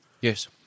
Yes